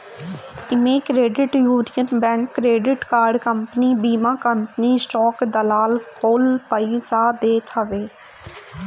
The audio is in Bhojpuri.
इमे credit union bank, credit card company, बीमा कंपनी, स्टाक दलाल कुल पइसा देत हवे